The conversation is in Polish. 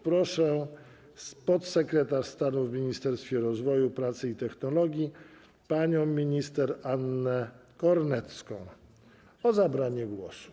Proszę podsekretarz stanu w Ministerstwie Rozwoju, Pracy i Technologii panią minister Annę Kornecką o zabranie głosu.